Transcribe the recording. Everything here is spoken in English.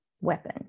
weapon